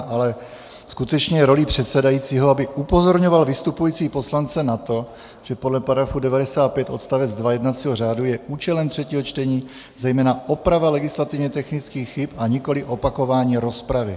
Ale skutečně je rolí předsedajícího, aby upozorňoval vystupující poslance na to, že podle § 95 odst. 2 jednacího řádu je účelem třetího čtení zejména oprava legislativně technických chyb, a nikoli opakování rozpravy.